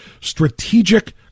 strategic